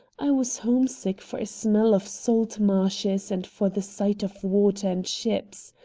i was homesick for a smell of salt marshes and for the sight of water and ships.